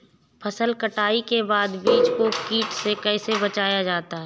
फसल कटाई के बाद बीज को कीट से कैसे बचाया जाता है?